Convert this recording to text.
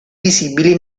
visibili